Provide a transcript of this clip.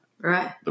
right